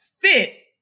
fit